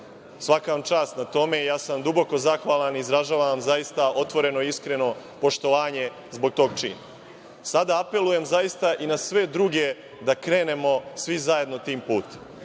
Svaka vam čast na tome i ja sam vam duboko zahvalan. Izražavam vam zaista otvoreno i iskreno poštovanje zbog tog čina. Sada apelujem zaista i na sve druge da krenemo svi zajedno tim